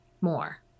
more